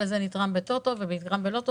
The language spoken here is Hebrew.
הזה נתרם על ידי הטוטו ועל ידי הלוטו.